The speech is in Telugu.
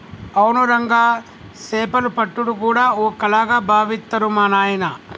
అవును రంగా సేపలు పట్టుడు గూడా ఓ కళగా బావిత్తరు మా నాయిన